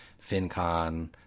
FinCon